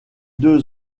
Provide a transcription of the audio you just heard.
deux